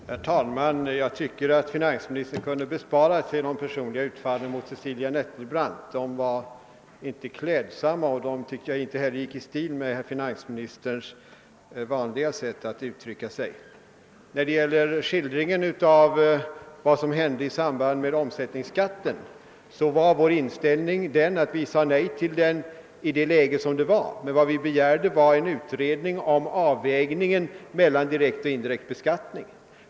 Herr talman! Jag tycker att finansministern kunde ha besparat sig de personliga utfallen emot Cecilia Nettelbrandt. De var inte klädsamma, och jag tycker inte heller de gick i stil med finansministerns vanliga sätt att uttrycka sig. När det gäller skildringen av vad som hände i samband med införandet av omsättningsskatten vill jag nämna, att vi sade nej till den i det dåvarande läget, men vi begärde en utredning om avvägningen mellan direkt och indirekt beskattning.